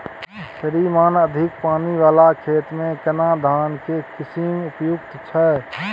श्रीमान अधिक पानी वाला खेत में केना धान के किस्म उपयुक्त छैय?